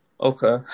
Okay